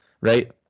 right